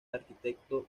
arquitecto